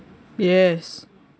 yes